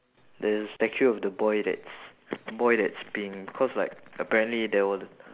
there's a statue of the boy that's boy that's peeing because like apparently there were